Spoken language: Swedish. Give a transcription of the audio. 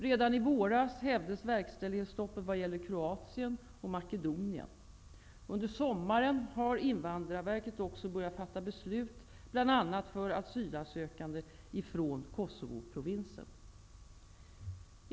Redan i våras hävdes verkställighetsstoppet vad gäller Kroatien och Makedonien. Under sommaren har Invandrarverket också börjat fatta beslut bl.a. för asylsökande från Kosovoprovinsen.